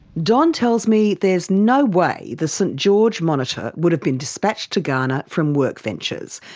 don tells me there's no way the st george monitor would have been despatched to ghana from workventures,